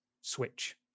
switch